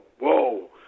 whoa